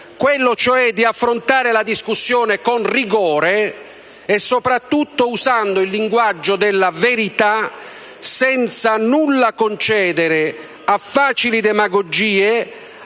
quello di affrontare la discussione con rigore e, soprattutto, usando il linguaggio della verità, senza nulla concedere a facili demagogie,